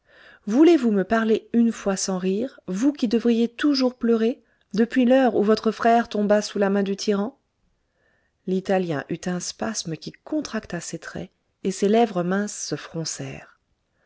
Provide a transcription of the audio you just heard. voulez-vous me parler une fois sans rire vous qui devriez toujours pleurer depuis l'heure où votre frère tomba sous la main du tyran l'italien eut un spasme qui contracta ses traits et ses lèvres minces se froncèrent